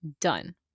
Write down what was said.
Done